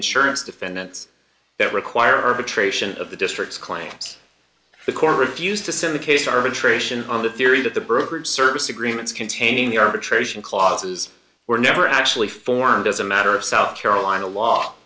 insurance defendants that require of attrition of the district's claims the court refused to send the case arbitration on the theory that the birth service agreements containing the arbitration clauses were never actually formed as a matter of south carolina law